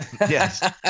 Yes